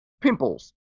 Pimples